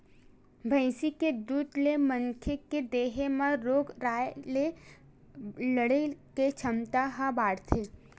भइसी के दूद ले मनखे के देहे ल रोग राई ले लड़े के छमता ह बाड़थे